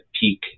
peak